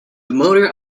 motor